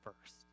first